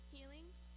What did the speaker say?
Healings